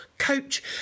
coach